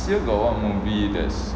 year still got what movie that's